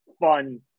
fun